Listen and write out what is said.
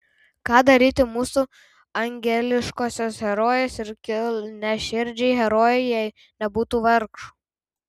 ką darytų mūsų angeliškosios herojės ir kilniaširdžiai herojai jei nebūtų vargšų